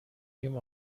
ریم